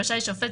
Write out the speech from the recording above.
רשאי שופט,